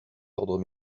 ordres